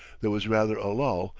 there was rather a lull,